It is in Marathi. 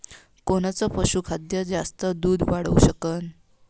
कोनचं पशुखाद्य जास्त दुध वाढवू शकन?